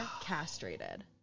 castrated